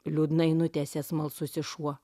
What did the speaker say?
liūdnai nutęsė smalsusis šuo